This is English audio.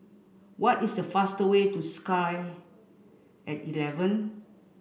what is the fastest way to Sky at eleven